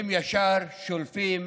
הם ישר שולפים